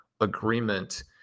agreement